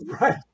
Right